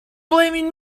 blaming